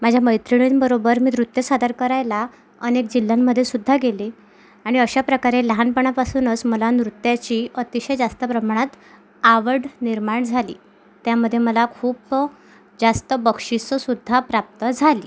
माझ्या मैत्रिणींबरोबर मी नृत्य सादर करायला अनेक जिल्ह्यांमध्ये सुद्धा गेले आणि अशा प्रकारे लहानपणापासूनच मला नृत्याची अतिशय जास्त प्रमाणात आवड निर्माण झाली त्यामध्ये मला खूप जास्तं बक्षीसं सुद्धा प्राप्त झाली